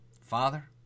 Father